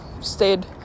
stayed